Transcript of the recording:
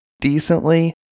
decently